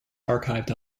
archived